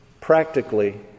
practically